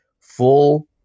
full